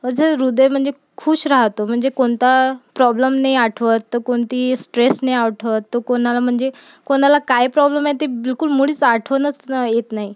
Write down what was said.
माझं हृदय म्हणजे खूश राहतो म्हणजे कोणता प्रॉब्लेम नाही आठवत तर कोणती स्ट्रैस नाही आठवत तर कोणाला म्हणजे कोणाला काय प्रॉब्लेम आहे ते बिलकुल मुळीच आठवणच येत नाही